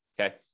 Okay